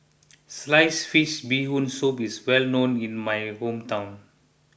Sliced Fish Bee Hoon Soup is well known in my hometown